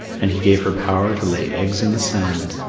and he gave her power to lay eggs in the sand.